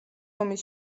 ომის